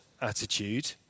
attitude